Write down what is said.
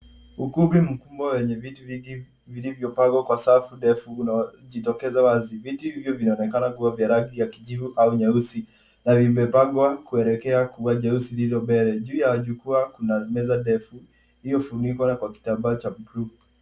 Ukumbi mkubwa wenye viti vingi vilivyopangwa kwa safu ndfu zinajitokeza wazi. Viti hivyo vinaonekaa kuwa vya rangi vya kijivu au nyeusi na vimepangwa kuelekea kwa jeusi lililo mbele. Juu ya jukwa kuna meza ndefu iliyofunikwa kwa kitambaa cha buluu